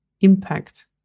impact